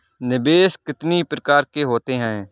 निवेश कितनी प्रकार के होते हैं?